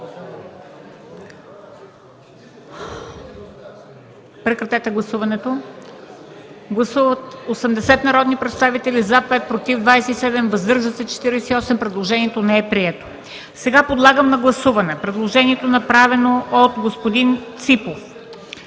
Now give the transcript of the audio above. Прегласуване. Гласували 80 народни представители: за 5, против 27, въздържали се 48. Предложението не е прието. Подлагам на гласуване предложението, направено от господин Ципов: